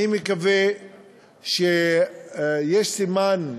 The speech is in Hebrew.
אני מקווה שיש סימן,